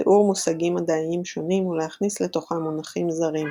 לתיאור מושגים מדעיים שונים ולהכניס לתוכה מונחים זרים.